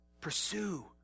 pursue